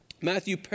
Matthew